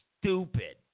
stupid